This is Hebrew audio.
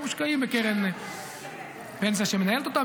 הם מושקעים בקרן פנסיה שמנהלת אותם.